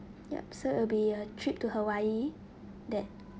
yup so it'll be a trip to hawaii that